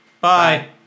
Bye